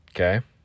Okay